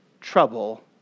trouble